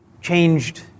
changed